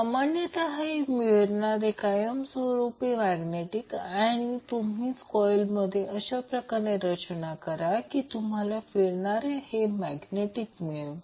सामान्यतः हे फिरणारे कायमस्वरूपी मॅग्नेटिक किंवा तुम्हीच कॉइल अशाप्रकारे रचना करा की तुम्हाला फिरणारे मॅग्नेटिक मिळेल